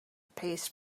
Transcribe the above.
paste